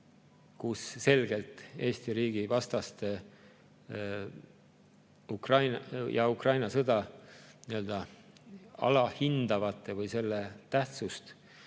kui selgelt Eesti riigi vastaste ja Ukraina sõda või selle tähtsust